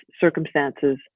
circumstances